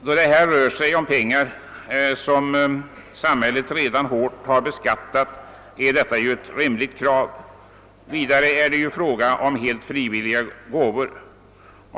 Då det här rör sig om pengar som samhället redan hårt har beskattat är detta ett rimligt krav. Vidare är det ju fråga om helt frivilliga gåvor.